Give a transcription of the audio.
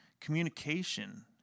Communication